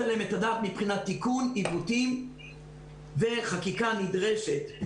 עליהם את הדעת מבחינת תיקון עיוותים וחקיקה נדרשת.